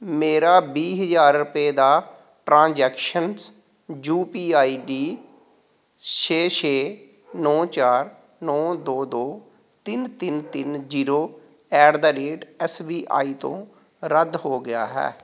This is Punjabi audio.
ਮੇਰਾ ਵੀਹ ਹਜ਼ਾਰ ਰੁਪਏ ਦਾ transactions U P I D ਛੇ ਛੇ ਨੌ ਚਾਰ ਨੌ ਦੋ ਦੋ ਤਿੰਨ ਤਿੰਨ ਤਿੰਨ zero at the rate S B I ਤੋਂ ਰੱਦ ਹੋ ਗਿਆ ਹੈ